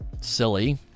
silly